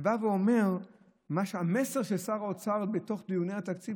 ובא ואומר מה המסר של שר האוצר בתוך דיוני התקציב,